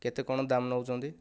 କେତେ କଣ ଦାମ ନେଉଛନ୍ତି